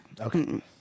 Okay